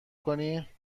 کنی